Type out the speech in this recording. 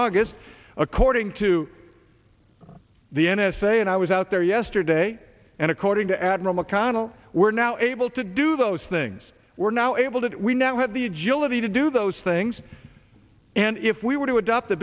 august according to the n s a and i was out there yesterday and according to admiral mcconnell we're now able to do those things we're now able to we now have the agility to do those things and if we were to adopt